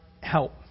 help